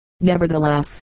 nevertheless